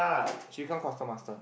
she become quartermaster